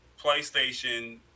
playstation